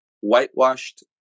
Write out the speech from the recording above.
whitewashed